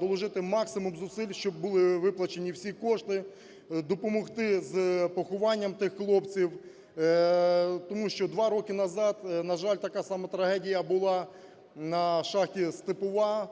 доложити максимум зусиль, щоб були виплачені всі кошти, допомогти з похованням тих хлопців. Тому що два роки назад, на жаль, така сама трагедія була на шахті "Степова",